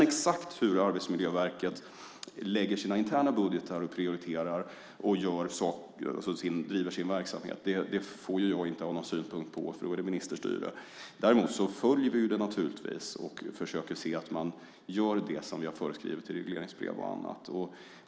Exakt hur Arbetsmiljöverket gör sina interna budgetar och prioriterar och driver sin verksamhet får jag inte ha någon synpunkt på, eftersom det är ministerstyre. Däremot följer vi det och försöker se att man gör det som vi har föreskrivit i regleringsbrev och annat.